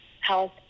health